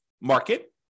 market